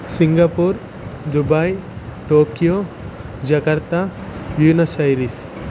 Singapore Dubai Tokyo Jakarta buenos aires